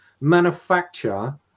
manufacture